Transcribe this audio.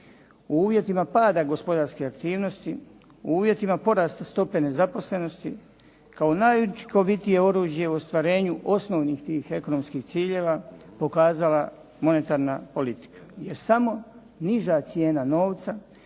u uvjetima pada gospodarske aktivnosti, u uvjetima porasta stope nezaposlenosti kao najučinkovitije oružje u ostvarenju osnovnih tih ekonomskih ciljeva pokazala monetarna politika. Jer samo niža cijena novca,